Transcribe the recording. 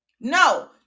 no